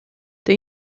der